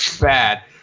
bad